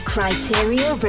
Criteria